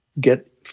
get